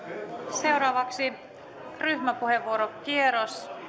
seuraavaksi ryhmäpuheenvuorokierros